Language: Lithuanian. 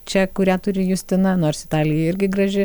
čia kurią turi justina nors italija irgi graži